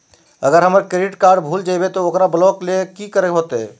अगर हमर credit card भूल जइबे तो ओकरा ब्लॉक लें कि करे होते?